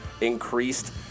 increased